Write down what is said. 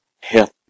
help